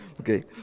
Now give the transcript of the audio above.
okay